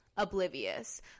oblivious